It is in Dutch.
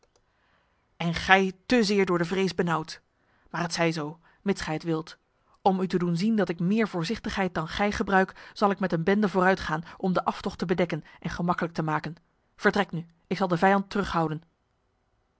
en gij te zeer door de vrees benauwd maar het zij zo mits gij het wilt om u te doen zien dat ik meer voorzichtigheid dan gij gebruik zal ik met een bende vooruitgaan om de aftocht te bedekken en gemakkelijk te maken vertrek nu ik zal de vijand terughouden